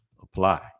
apply